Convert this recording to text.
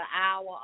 Hour